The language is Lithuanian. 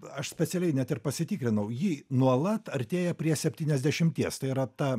aš specialiai net ir pasitikrinau jį nuolat artėja prie septyniasdešimties tai yra ta